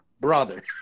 brother